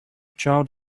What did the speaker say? child